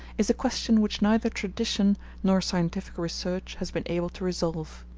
is a question which neither tradition nor scientific research has been able to resolve.